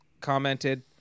commented